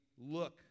look